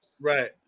Right